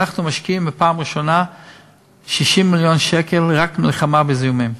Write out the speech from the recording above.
אנחנו משקיעים בפעם הראשונה 60 מיליון שקל רק למלחמה בזיהומים,